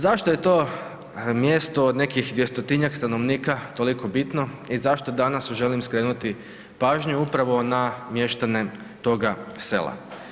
Zašto je to mjesto od nekih 200-tinjak stanovnika toliko bitno i zašto danas želim skrenuti pažnju upravo na mještane toga sela?